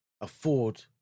afford